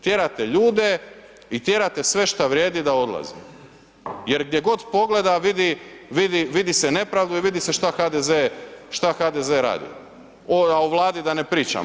Tjerate ljude i tjerate sve šta vrijedi da odlazi jer gdje god pogleda, vidi se nepravda i vidi se šta HDZ radi a o Vladi da ne pričam.